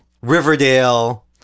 Riverdale